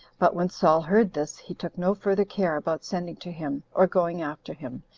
but when saul heard this, he took no further care about sending to him, or going after him,